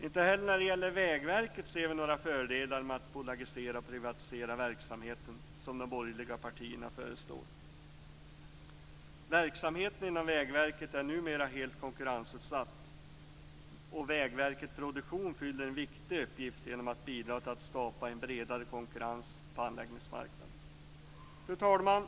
Inte heller när det gäller Vägverket ser vi några fördelar med att bolagisera och privatisera verksamheten som de borgerliga partierna föreslår. Verksamheten inom Vägverket är numera helt konkurrensutsatt, och Vägverket Produktion fyller en viktig uppgift genom att bidra till att skapa en större konkurrens på anläggningsmarknaden. Fru talman!